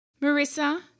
Marissa